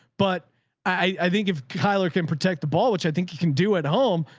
but i think if kyler can protect the ball, which i think you can do at home,